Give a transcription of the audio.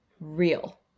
real